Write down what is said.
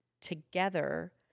together